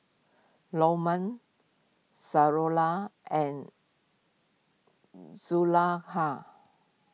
Lokman Suraya and Zulaikha